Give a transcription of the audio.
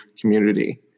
community